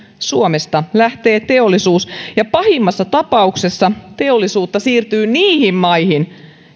suomesta lähtee teollisuus ja pahimmassa tapauksessa teollisuutta siirtyy niihin maihin